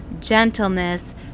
gentleness